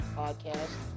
podcast